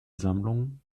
sammlung